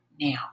now